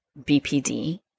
BPD